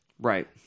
right